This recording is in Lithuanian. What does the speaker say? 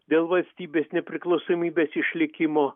dėl valstybės nepriklausomybės išlikimo